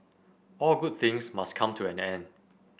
all good things must come to an end